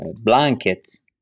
blankets